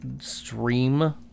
stream